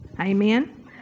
Amen